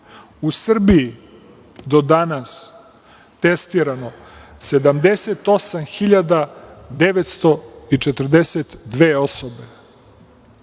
u Srbiji do danas testirano 78.942 osobe.